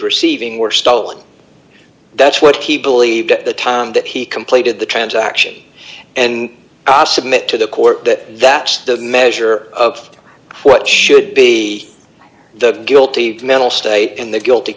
receiving were stolen that's what he believed at the time that he completed the transaction and are submit to the court that that's the measure of what should be the guilty mental state and the guilty